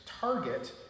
target